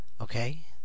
Okay